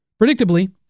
Predictably